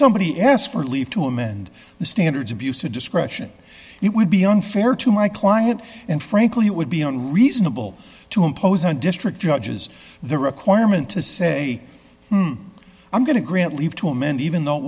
somebody asked for leave to amend the standards abuse of discretion it would be unfair to my client and frankly it would be a reasonable to impose on district judges the requirement to say i'm going to grant leave to amend even though it